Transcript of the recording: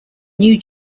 new